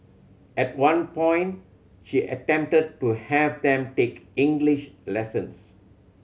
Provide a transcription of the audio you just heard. at one point she attempted to have them take English lessons